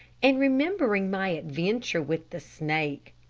and, remembering my adventure with the snake,